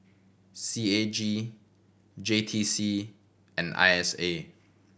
C A G J T C and I S A